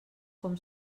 com